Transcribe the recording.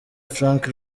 frank